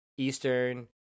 Eastern